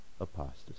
apostasy